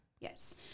Yes